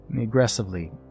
aggressively